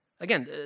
Again